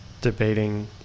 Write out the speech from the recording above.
debating